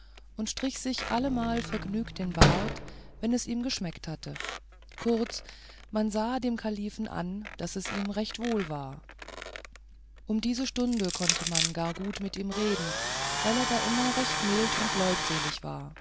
und strich sich allemal vergnügt den bart wenn es ihm geschmeckt hatte kurz man sah dem kalifen an daß es ihm recht wohl war um diese stunde konnte man gar gut mit ihm reden weil er da immer recht mild und leutselig war